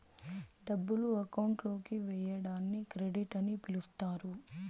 డబ్బులు అకౌంట్ లోకి వేయడాన్ని క్రెడిట్ అని పిలుత్తారు